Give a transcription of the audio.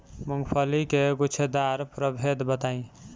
मूँगफली के गूछेदार प्रभेद बताई?